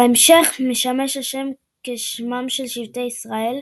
בהמשך משמש השם כשמם של שבטי ישראל,